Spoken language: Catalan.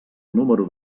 número